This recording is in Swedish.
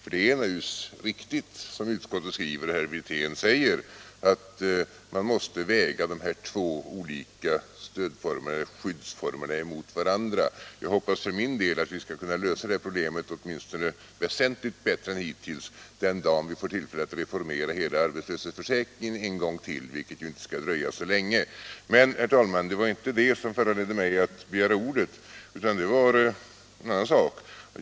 Det är alldeles riktigt som utskottet skriver och som herr Wirtén säger, att man måste väga de två olika skyddsformerna mot varandra. Jag hoppas för min del att vi skall kunna lösa det problemet väsentligt bättre än hittills den dag vi får tillfälle att reformera hela arbetslöshetsförsäkringen en gång till, vilket ju inte skall dröja så länge. Men, herr talman, det var inte det som föranledde mig att begära ordet utan det var en annan sak.